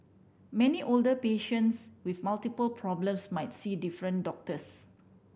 many older patients with multiple problems might see different doctors